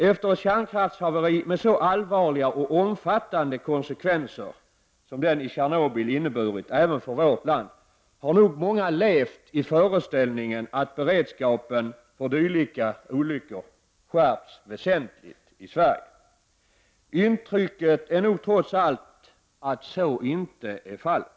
Efter ett kärnkraftshaveri som det i Tjernobyl som inneburit så allvarliga och omfattande konsekvenser även för vårt land, har nog många levt i föreställningen att beredskapen för dylika olyckor skärpts väsentligt i Sverige. Intrycket är nog trots allt att så inte tycks vara fallet.